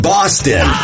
Boston